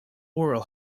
oral